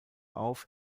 auf